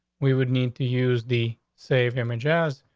we would need to use the save him a jazz,